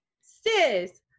sis